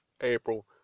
April